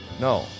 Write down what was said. No